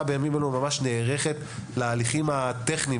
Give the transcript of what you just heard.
בימים אלו ממש המשטרה נערכת להליכים הטכניים,